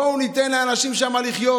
בואו ניתן לאנשים שם לחיות,